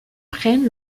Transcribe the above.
prennent